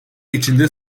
içinde